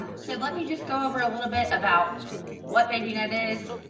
um so let me just go over a little bit about what babynet is,